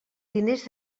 diners